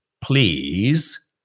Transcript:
please